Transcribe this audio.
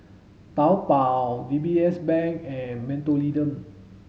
Taobao D B S Bank and Mentholatum